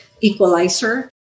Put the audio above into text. equalizer